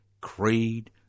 creed